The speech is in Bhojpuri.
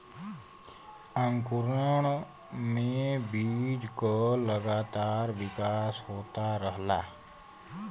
अंकुरण में बीज क लगातार विकास होत रहला